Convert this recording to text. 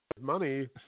money